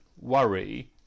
worry